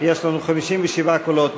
יש לנו 57 קולות,